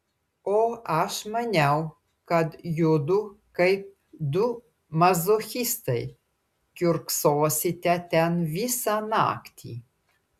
o aš maniau kad judu kaip du mazochistai kiurksosite ten visą naktį